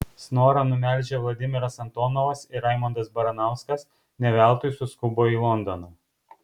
snorą numelžę vladimiras antonovas ir raimondas baranauskas ne veltui suskubo į londoną